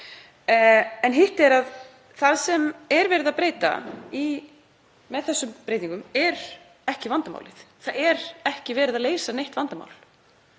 Hitt er að það sem er verið að breyta með þessum breytingum er ekki vandamálið. Það er ekki verið að leysa neitt vandamál